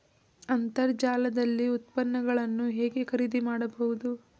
ಅಂತರ್ಜಾಲದಲ್ಲಿ ಉತ್ಪನ್ನಗಳನ್ನು ಹೇಗೆ ಖರೀದಿ ಮಾಡುವುದು?